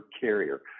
carrier